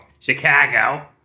Chicago